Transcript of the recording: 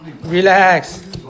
Relax